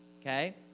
okay